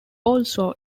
also